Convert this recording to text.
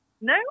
no